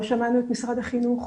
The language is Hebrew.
לא שמענו את משרד החינוך.